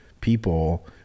people